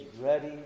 ready